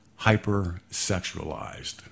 hypersexualized